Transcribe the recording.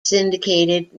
syndicated